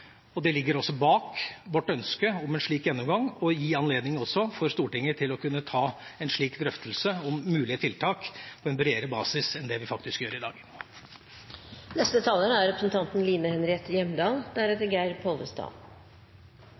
perspektiv. Det ligger også bak vårt ønske om en slik gjennomgang og gir anledning også for Stortinget til å kunne ta en drøftelse om mulige tiltak på bredere basis enn vi faktisk gjør i dag. Rammebetingelsene i meierisektoren er